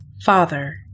Father